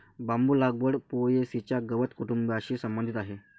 बांबू लागवड पो.ए.सी च्या गवत कुटुंबाशी संबंधित आहे